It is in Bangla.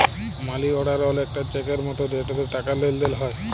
মালি অড়ার অলেকটা চ্যাকের মতো যেটতে টাকার লেলদেল হ্যয়